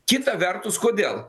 kita vertus kodėl